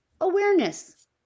awareness